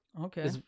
Okay